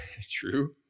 True